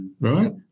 right